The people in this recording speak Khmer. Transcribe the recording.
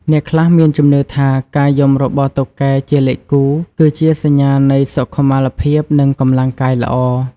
អ្នកខ្លះមានជំនឿថា ការយំរបស់តុកែជាលេខគូ គឺជាសញ្ញានៃសុខុមាលភាព និងកម្លាំងកាយល្អ។